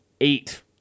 Eight